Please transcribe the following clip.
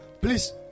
Please